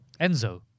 Enzo